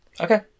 Okay